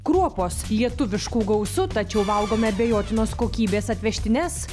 kruopos lietuviškų gausu tačiau valgome abejotinos kokybės atvežtines